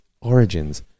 origins